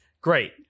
Great